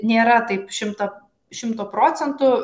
nėra taip šimta šimtu procentų